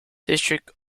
district